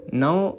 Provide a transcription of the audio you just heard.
now